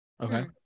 Okay